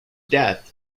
death